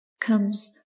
comes